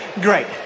Great